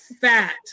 fat